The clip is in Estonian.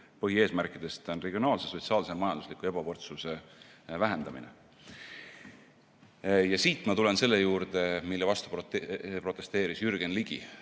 põhieesmärkidest on regionaalse, sotsiaalse ja majandusliku ebavõrdsuse vähendamine. Siit ma tulen selle juurde, mille vastu protesteeris Jürgen Ligi.